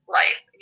life